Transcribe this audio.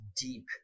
deep